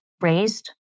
raised